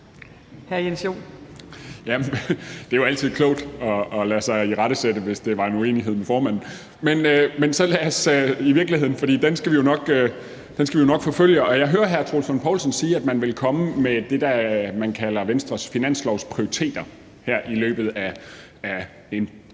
Det er jo altid klogt at lade sig irettesætte, hvis det var en uenighed med formanden. Den skal vi jo nok forfølge. Jeg hører hr. Troels Lund Poulsen sige, at man vil komme med det, man kalder Venstres finanslovsprioriteter her i løbet af en